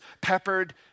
peppered